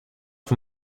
for